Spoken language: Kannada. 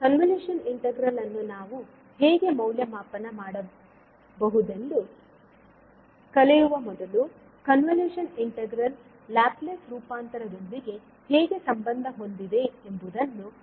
ಕನ್ವಲೂಶನ್ ಇಂಟಿಗ್ರಲ್ ಅನ್ನು ನಾವು ಹೇಗೆ ಮೌಲ್ಯಮಾಪನ ಮಾಡಬಹುದೆಂದು ಕಲಿಯುವ ಮೊದಲು ಕನ್ವಿಲೂಶನ್ ಇಂಟಿಗ್ರಲ್ ಲ್ಯಾಪ್ಲೇಸ್ ರೂಪಾಂತರದೊಂದಿಗೆ ಹೇಗೆ ಸಂಬಂಧ ಹೊಂದಿದೆ ಎಂಬುದನ್ನು ಮೊದಲು ಅರ್ಥಮಾಡಿಕೊಳ್ಳೋಣ